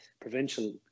provincial